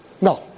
No